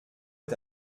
est